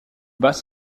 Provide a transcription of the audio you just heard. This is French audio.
bas